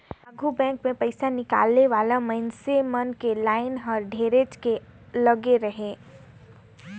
आघु बेंक मे पइसा निकाले वाला मइनसे मन के लाइन हर ढेरेच के लगे रहें